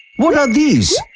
what are these?